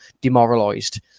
demoralised